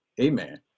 amen